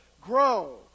grow